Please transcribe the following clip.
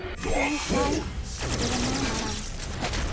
ᱥᱟᱭ ᱥᱟᱭ ᱥᱮᱨᱢᱟ ᱢᱟᱲᱟᱝ